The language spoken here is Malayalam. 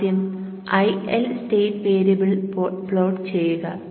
ആദ്യം IL സ്റ്റേറ്റ് വേരിയബിൾ പ്ലോട്ട് ചെയ്യുക